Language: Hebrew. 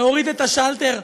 להוריד את השלטר.